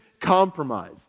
compromise